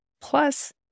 Plus